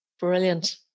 Brilliant